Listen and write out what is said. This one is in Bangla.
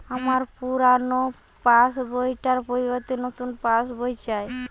আমার পুরানো পাশ বই টার পরিবর্তে নতুন পাশ বই চাই